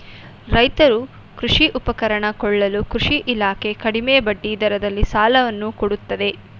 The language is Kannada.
ರೈತರು ಕೃಷಿ ಉಪಕರಣ ಕೊಳ್ಳಲು ಕೃಷಿ ಇಲಾಖೆ ಕಡಿಮೆ ಬಡ್ಡಿ ದರದಲ್ಲಿ ಸಾಲವನ್ನು ಕೊಡುತ್ತದೆ